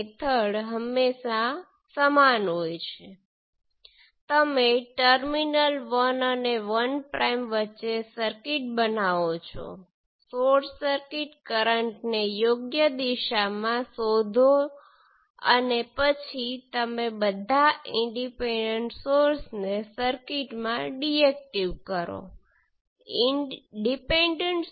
તેથી આ Z12 છે અને તે Z22 છે આ સર્કિટ માટે z parameter matrix 2 3 kilo Ω 1 3 kilo Ω 1 3 kilo Ω અને 1 3 કિલો Ω છે